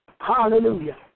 Hallelujah